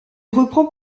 reprend